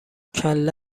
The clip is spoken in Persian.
کله